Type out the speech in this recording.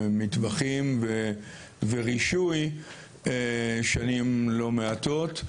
מטווחים ורישוי שנים לא מעטות,